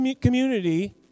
community